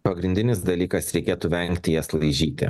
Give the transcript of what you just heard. pagrindinis dalykas reikėtų vengti jas laižyti